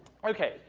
okay,